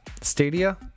Stadia